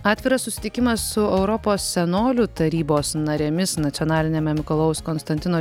atviras susitikimas su europos senolių tarybos narėmis nacionaliniame mikalojaus konstantino